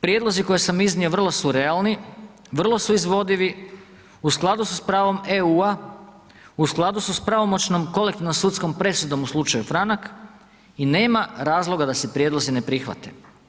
Prijedlozi koje sam iznio vrlo su realni, vrlo su izvodivi, u skladu su s pravom EU, u skladu su s pravomoćnom kolektivnom sudskom presudom u slučaju Franak i nema razloga da se prijedlozi ne prihvate.